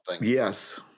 Yes